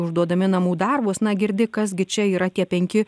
užduodami namų darbus na girdi kas gi čia yra tie penki